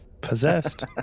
Possessed